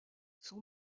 son